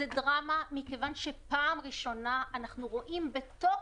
מכיוון שפעם ראשונה אנחנו רואים בתוך